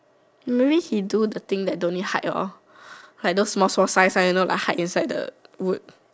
maybe you do the thing that don't need to hide lor like those small small fine fine you know like hide inside wood